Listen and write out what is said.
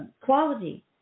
quality